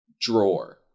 drawer